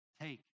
take